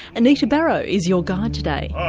anita barraud is your guide today.